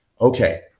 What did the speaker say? Okay